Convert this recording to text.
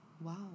Wow